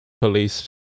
police